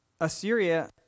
Assyria